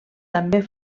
també